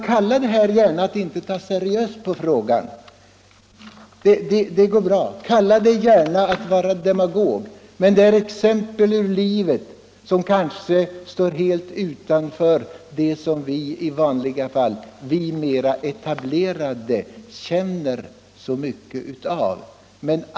Kalla det gärna att inte ta seriöst på frågan, kalla det gärna att vara demagog, men jag har tagit exempel ur livet och visat på förhållanden som vi mera s.k. etablerade kanske står utanför och inte känner så mycket av.